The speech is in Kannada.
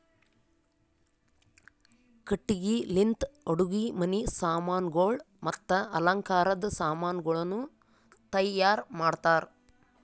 ಕಟ್ಟಿಗಿ ಲಿಂತ್ ಅಡುಗಿ ಮನಿ ಸಾಮಾನಗೊಳ್ ಮತ್ತ ಅಲಂಕಾರದ್ ಸಾಮಾನಗೊಳನು ತೈಯಾರ್ ಮಾಡ್ತಾರ್